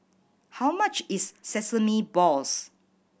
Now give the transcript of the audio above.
how much is sesame balls